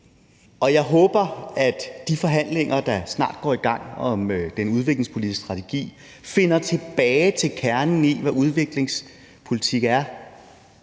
Jeg håber, at man i de forhandlinger, der snart går i gang om den udviklingspolitiske strategi, finder tilbage til kernen i, hvad udviklingspolitik er,